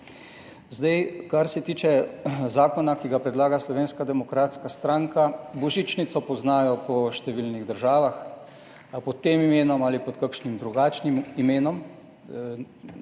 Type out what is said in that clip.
Kar se tiče zakona, ki ga predlaga Slovenska demokratska stranka, božičnico poznajo po številnih državah, pod tem imenom ali pod kakšnim drugačnim imenom.